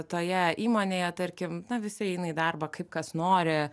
toje įmonėje tarkim na visi eina į darbą kaip kas nori